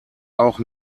auch